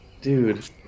Dude